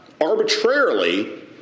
arbitrarily